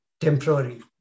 temporary